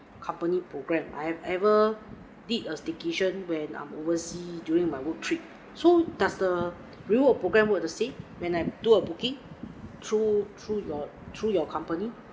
company program I've ever did a staycation when I'm oversea during my work trip so does the reward program work the same when I do a booking through through your through your company